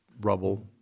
rubble